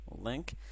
Link